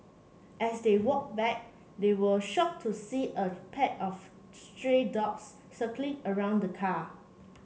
as they walked back they were shocked to see a pack of stray dogs circling around the car